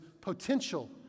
potential